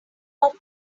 off